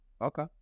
Okay